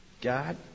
God